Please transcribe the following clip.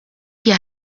hija